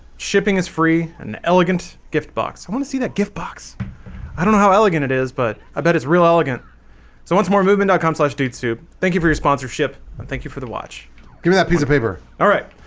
shipping is free an elegant gift, box. i want to see that gift box i don't know how elegant it is, but i bet it's real elegant so once more movement calm so dude soup thank you for your sponsorship, and thank you for the watch give me that piece of paper alright,